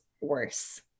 worse